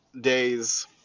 days